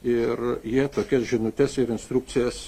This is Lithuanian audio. ir jie tokias žinutes ir instrukcijas